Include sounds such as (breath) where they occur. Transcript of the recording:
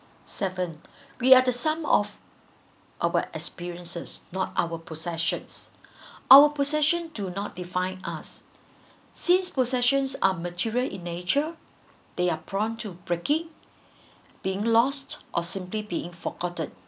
seven we are some of our experiences not our possessions (breath) our possession do not define us since possessions are material in nature they are prone to breaking being lost or simply being forgotten